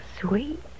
sweet